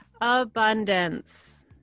Abundance